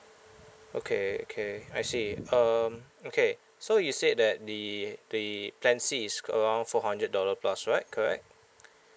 okay okay I see um okay so you said that the the plan C is around four hundred dollar plus right correct